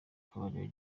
kabarebe